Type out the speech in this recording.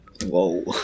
Whoa